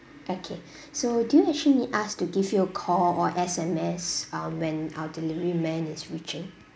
okay so do you actually need us to give you a call or S_M_S um when our delivery man is reaching